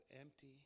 empty